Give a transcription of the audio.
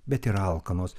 bet ir alkanos